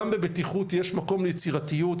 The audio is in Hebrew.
גם בבטיחות יש מקום ליצירתיות,